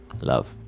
love